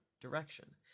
direction